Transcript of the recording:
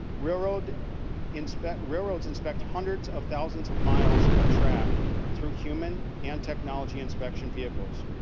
railroad inspector railroad inspector hundreds of thousands of miles of track through human and technology inspection vehicles.